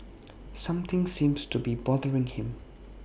something seems to be bothering him